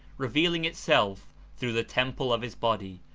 revealing itself through the temple of his body,